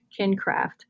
Kincraft